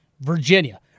Virginia